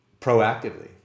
proactively